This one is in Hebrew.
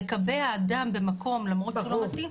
לקבע אדם במקום למרות שהוא לא מתאים,